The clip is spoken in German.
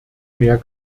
mehr